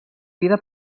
vida